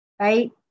right